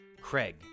Craig